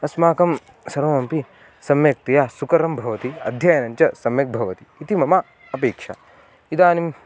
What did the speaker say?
अस्माकं सर्वमपि सम्यक्तया सुकरं भवति अध्ययनं च सम्यक् भवति इति मम अपेक्षा इदानीं